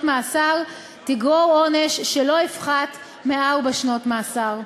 מאסר תגרור עונש שלא יפחת מארבע שנות מאסר,